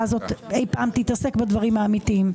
הזאת אי פעם תתעסק בדברים האמיתיים.